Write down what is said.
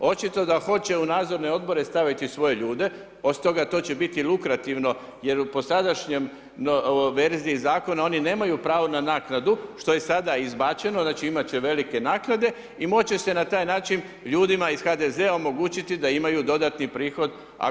Očito da hoće u nadzorne odbore staviti svoje ljude, osim toga, to će biti lukrativno jer po sadašnjoj verziji Zakona oni nemaju pravo na naknadu, što je sada izbačeno, znači, imati će velike naknade i moći će se na taj način ljudima iz HDZ-a omogućiti da imaju dodatni prihod ako nemaju nešto drugo.